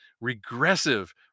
regressive